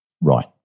right